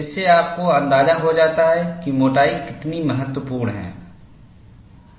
इससे आपको अंदाजा हो जाता है कि मोटाई कितनी महत्वपूर्ण है